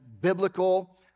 biblical